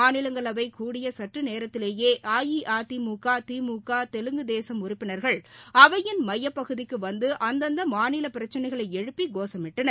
மாநிலங்களவை கூடிய சற்று நேரத்திலேயே அஇஅதிமுக திமுக தெலுங்குதேசம் உறுப்பினர்கள் அவையின் மையப்பகுதிக்கு வந்து அந்தந்த மாநில பிரச்சினைகளை எழுப்பி கோஷமிட்டனர்